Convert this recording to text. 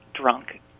drunk